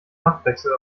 machtwechsel